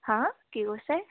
হাঁ কি কৈছে